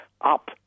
up